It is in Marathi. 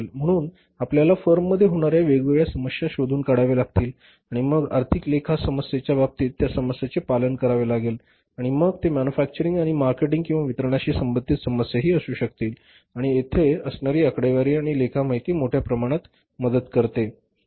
म्हणून आपल्याला फर्ममध्ये होणाऱ्या वेगवेगळ्या समस्या शोधून काढाव्या लागतील आणि मग आर्थिक लेखा समस्येच्या बाबतीत या समस्येचे पालन करावे लागेल आणि मग ते मॅन्युफॅक्चरिंग आणि मार्केटींग किंवा वितरणाशी संबंधित समस्या ही असू शकतील आणि तेथे असणारी आकडेवारी आणि लेखा माहिती मोठ्या प्रमाणात मदत करते